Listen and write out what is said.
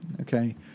Okay